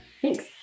thanks